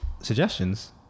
Suggestions